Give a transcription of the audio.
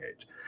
age